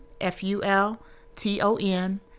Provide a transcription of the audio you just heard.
F-U-L-T-O-N